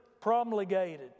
promulgated